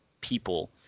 people